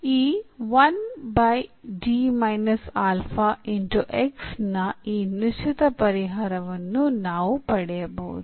ಈ ನ ಈ ನಿಶ್ಚಿತ ಪರಿಹಾರವನ್ನು ನಾವು ಪಡೆಯಬಹುದು